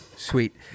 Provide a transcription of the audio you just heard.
Sweet